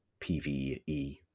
pve